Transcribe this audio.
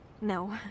no